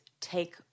take